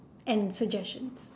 and suggestions